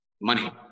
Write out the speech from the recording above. money